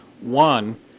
One